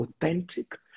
authentic